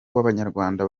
w’abanyarwanda